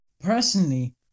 Personally